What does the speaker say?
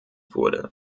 wurde